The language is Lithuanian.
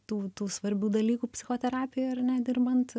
tų tų svarbių dalykų psichoterapijoj ar ne dirbant